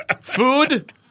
Food